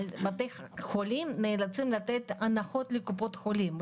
אבל בתי החולים נאלצים לתת הנחות לקופות החולים.